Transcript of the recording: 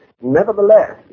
nevertheless